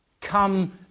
come